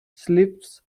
sleeps